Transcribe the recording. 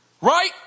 Right